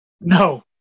no